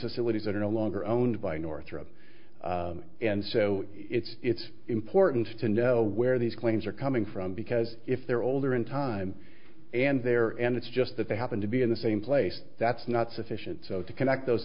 facilities that are no longer owned by northrop and so it's it's important to know where these planes are coming from because if they're older in time and they're and it's just that they happen to be in the same place that's not sufficient so to connect those